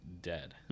dead